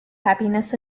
happiness